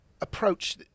approach